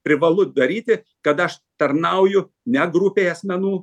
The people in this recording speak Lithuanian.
privalu daryti kad aš tarnauju ne grupei asmenų